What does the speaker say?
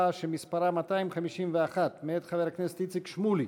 שמספרה 251 מאת חבר הכנסת איציק שמולי,